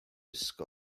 ysgol